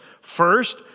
first